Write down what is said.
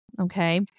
Okay